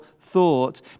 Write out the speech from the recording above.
thought